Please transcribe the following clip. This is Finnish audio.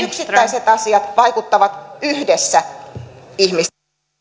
yksittäiset asiat vaikuttavat yhdessä